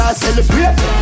celebrate